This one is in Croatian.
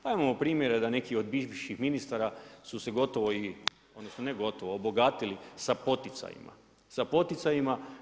Pa imamo primjere da neki od bivših ministara su se gotovo, odnosno ne gotovo obogatili sa poticajima.